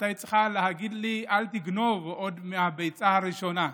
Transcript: את היית צריכה להגיד לי "אל תגנוב" עוד מהביצה הראשונה,